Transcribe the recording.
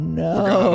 no